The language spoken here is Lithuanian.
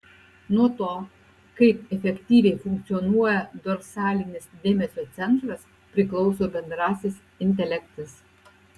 nuo to kaip efektyviai funkcionuoja dorsalinis dėmesio centras priklauso bendrasis intelektas